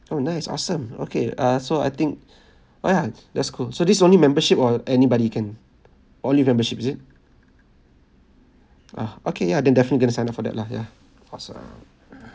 oh nice awesome okay uh so I think oh ya that's cool so this only membership or anybody can only membership is it ah okay ya then definitely going to sign up for that lah ya awesome